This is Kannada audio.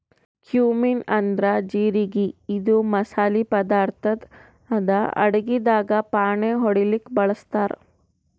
ಕ್ಯೂಮಿನ್ ಅಂದ್ರ ಜಿರಗಿ ಇದು ಮಸಾಲಿ ಪದಾರ್ಥ್ ಅದಾ ಅಡಗಿದಾಗ್ ಫಾಣೆ ಹೊಡ್ಲಿಕ್ ಬಳಸ್ತಾರ್